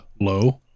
low